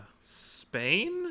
Spain